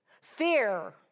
fear